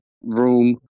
room